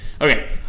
Okay